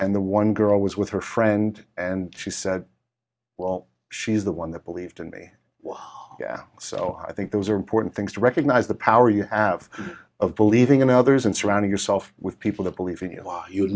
and the one girl was with her friend and she said well she's the one that believed in me so i think those are important things to recognize the power you have of believing in others and surround yourself with people that believe